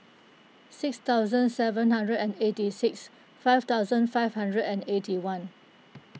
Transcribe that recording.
six thousand seven hundred and eighty six five thousand five hundred and eighty one